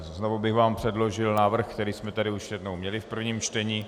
Znovu bych vám předložil návrh, který už jsme tady jednou měli v prvním čtení.